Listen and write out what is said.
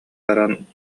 баран